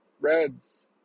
Reds